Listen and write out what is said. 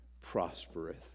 prospereth